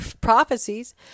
prophecies